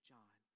John